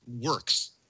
works